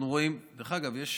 אנחנו רואים, דרך אגב, יש